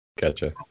Gotcha